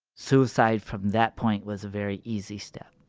suicide from that point was a very easy step.